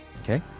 Okay